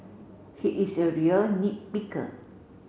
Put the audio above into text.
he is a real nit picker